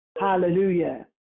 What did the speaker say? Hallelujah